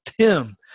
Tim